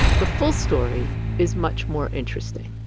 the full story is much more interesting.